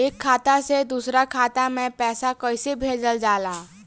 एक खाता से दूसरा खाता में पैसा कइसे भेजल जाला?